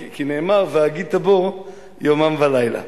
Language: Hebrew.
כי נאמר "והגית בו יומם ולילה".